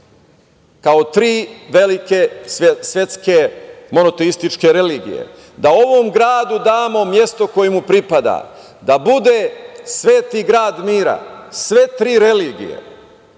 kao tri velike svetske monoteističke religije, da ovom gradu damo mesto koje mu pripada, da bude sveti grad mira, sve tri religije,